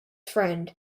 friend